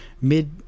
mid